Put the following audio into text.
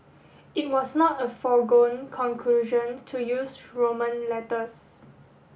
it was not a foregone conclusion to use Roman letters